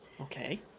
Okay